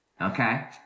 Okay